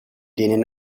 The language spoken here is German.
denen